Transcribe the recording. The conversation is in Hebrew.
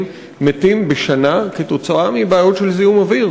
מתים בשנה מבעיות של זיהום אוויר.